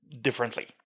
differently